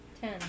ten